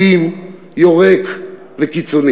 אלים, יורק וקיצוני.